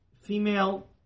female